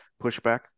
pushback